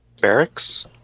barracks